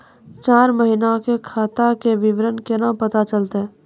चार महिना के खाता के विवरण केना पता चलतै?